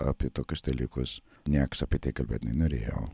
apie tokius dalykus niekas apie tai kalbėt nenorėjo